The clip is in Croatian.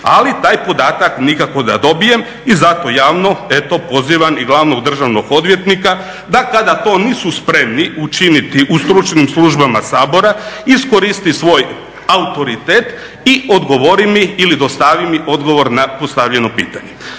ali taj podatak nikako da dobijem i zato javno eto pozivam i glavnog državnog odvjetnika da kada to nisu spremni učiniti u stručnim službama Sabora iskoristi svoj autoritet i odgovori mi ili dostavi mi odgovor na postavljeno pitanje.